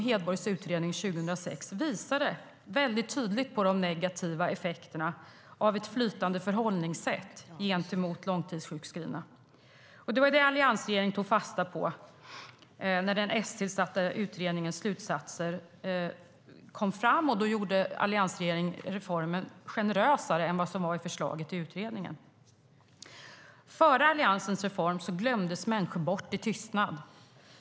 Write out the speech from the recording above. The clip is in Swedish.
Hedborgs utredning 2006 visade tydligt på de negativa effekterna av ett flytande förhållningssätt gentemot långtidssjukskrivna. Det var det alliansregeringen tog fasta på när den S-tillsatta utredningens slutsatser kom fram. Och då gjorde alliansregeringen reformen generösare än vad som var föreslaget i utredningen. Före Alliansens reform glömdes människor bort i tystnad.